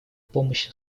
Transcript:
помощи